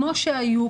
כמו שהיו,